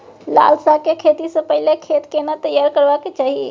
लाल साग के खेती स पहिले खेत केना तैयार करबा के चाही?